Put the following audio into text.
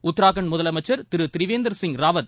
உத்ராகண்ட் முதலமைச்சர் திருதிரிவேந்திரசிங் ராவத்